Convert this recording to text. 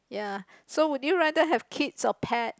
ya so would you rather have kids or pet